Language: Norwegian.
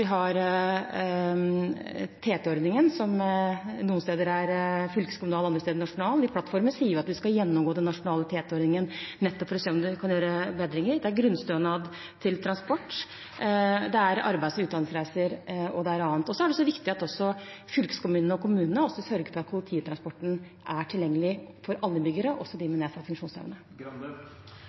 plattformen står det at vi skal gjennomgå den nasjonale TT-ordningen for å se om vi kan gjøre forbedringer. Det er grunnstønad til transport, det er stønad til arbeids- og utdanningsreiser, og det er annet. Det er også viktig at fylkeskommunene og kommunene sørger for at kollektivtransporten er tilgjengelig for alle innbyggerne, også de med nedsatt funksjonsevne.